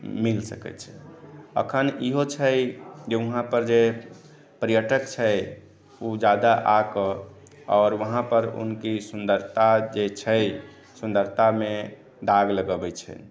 मिल सकै छै अखन इहो छै जे वहाँ पर जे पर्यटक छै ओ जादा आकऽ आओर वहाँ पर उनकी सुन्दरता जे छै सुन्दरतामे दाग लगाबै छै